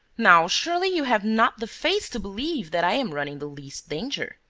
now surely you have not the face to believe that i am running the least danger!